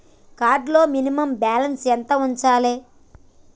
Card లో minimum balance ఎంత ఉంచాలే?